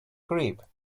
grip